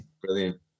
Brilliant